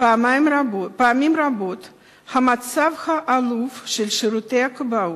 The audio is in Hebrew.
פעמים רבות המצב העלוב של שירותי הכבאות,